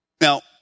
Now